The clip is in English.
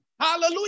Hallelujah